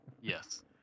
Yes